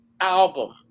album